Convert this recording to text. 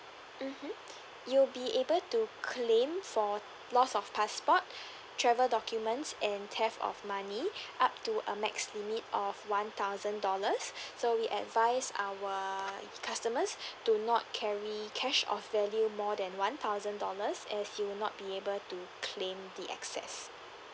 mmhmm you'll be able to claim for loss of passport travel documents and theft of money up to a max limit of one thousand dollars so we advise our customers do not carry cash of value more than one thousand dollars as you will not be able to claim the excess